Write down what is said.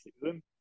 season